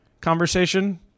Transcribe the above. conversation